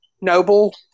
Noble